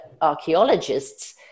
archaeologists